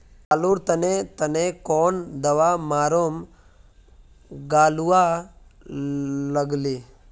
आलूर तने तने कौन दावा मारूम गालुवा लगली?